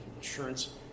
insurance